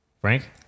Frank